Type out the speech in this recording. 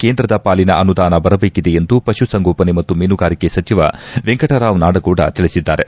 ಕೇಂದ್ರದ ಪಾಲಿನ ಅನುದಾನ ಬರಬೇಕಿದೆ ಎಂದು ಪಶು ಸಂಗೋಪನೆ ಮತ್ತು ಮೀನುಗಾರಿಕೆ ಸಚಿವ ವೆಂಕಟರಾವ್ ನಾಡಗೌಡ ತಿಳಿಸಿದ್ದಾರೆ